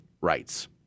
rights